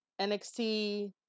NXT